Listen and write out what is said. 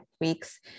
weeks